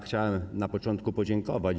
Chciałem na początku podziękować.